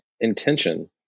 intention